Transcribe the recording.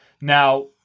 Now